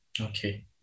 Okay